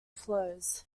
flows